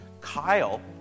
Kyle